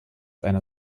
einer